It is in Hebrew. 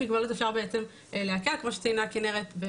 כמו שציינה כנרת,